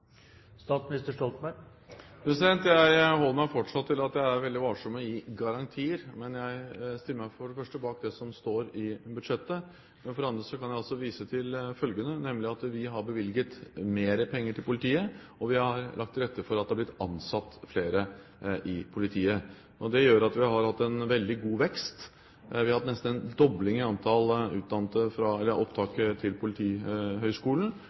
Jeg holder meg fortsatt til at jeg er veldig varsom med å gi garantier. Men jeg stiller meg for det første bak det som står i budsjettet, og for det andre kan jeg også vise til følgende, nemlig at vi har bevilget mer penger til politiet, og vi har lagt til rette for at det har blitt ansatt flere i politiet. Det gjør at vi har hatt en veldig god vekst. Vi har hatt nesten en dobling av antallet ved opptak til Politihøgskolen,